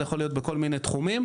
זה יכול להיות בכל מיני תחומים.